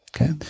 Okay